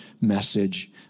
message